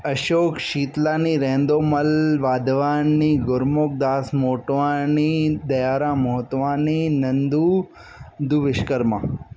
Ashok Shitlani Rahandomal Wadhwani Gurmukh Das Motwani Dayaram Motwani Nandu Vishwakarma